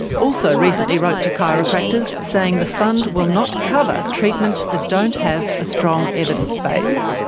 also recently wrote to chiropractors, saying the fund will not cover treatments that don't have a strong evidence base,